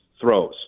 throws